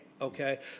Okay